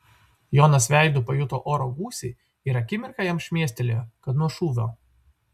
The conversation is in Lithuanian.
jonas veidu pajuto oro gūsį ir akimirką jam šmėstelėjo kad nuo šūvio